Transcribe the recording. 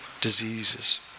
diseases